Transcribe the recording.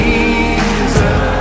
Jesus